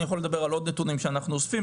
אני יכול לדבר על עוד נתונים שאנחנו אוספים.